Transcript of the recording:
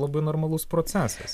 labai normalus procesas